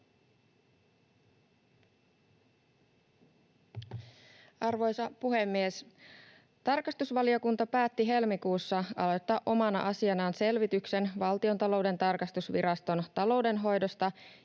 Arvoisa puhemies! Tarkastusvaliokunta päätti helmikuussa aloittaa omana asianaan selvityksen Valtiontalouden tarkastusviraston taloudenhoidosta